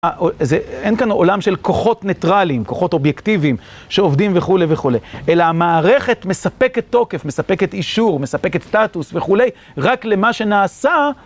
אין כאן עולם של כוחות ניטרליים, כוחות אובייקטיביים שעובדים וכולי וכולי, אלא המערכת מספקת תוקף, מספקת אישור, מספקת סטטוס וכולי, רק למה שנעשה.